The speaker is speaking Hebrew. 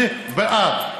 לא נכון, לא נכון.